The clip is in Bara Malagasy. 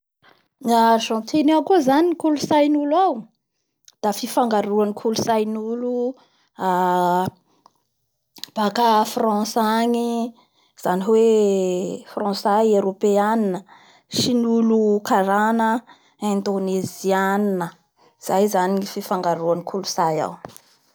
Gna Argentiny ao koa zay ny kolontsay n'olo ao da fifangaraoan'ny kolontsain'olo aa baka a Frantsa agny, zany hoe frantsay; eropeanina sy ny olo karana indonesianinazay zany ny fifangaroan'ny kolontsay ao.